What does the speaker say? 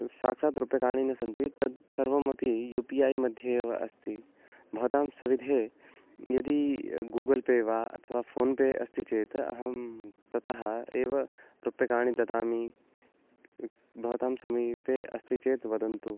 साक्षात् रूप्यकाणि न सन्ति तद् सर्वमपि यु पि ऐ मध्ये एव अस्ति भवतां सविधे यदि गूगल् पे वा अथवा फ़ोन् पे अस्ति चेत् अहं ततः एव रूप्यकाणि ददामि भवतां समीपे अस्ति चेत् वदन्तु